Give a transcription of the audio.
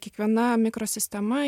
kiekviena mikrosistema